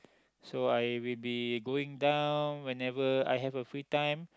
so I will be going down whenever I have a free time